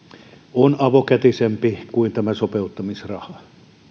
on avokätisempi kuin tämä sopeutumisraha